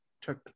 check